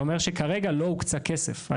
אני אומר שכרגע לא הוקצה כסף.